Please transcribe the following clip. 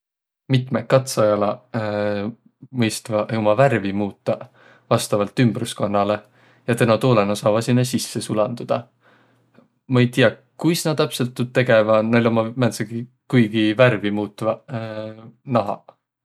Mitmõq katsajalaq mõistvaq umma värvi muutaq vastavalt ümbrüskunnalõ, ja teno toolõ nä saavaq sinnäq sisse sulandudaq. Ma ei tiäq, kuis nä täpselt tuud tegeväq. Näil ommaq määntsegiq kuigi värvimuutvaq nahaq.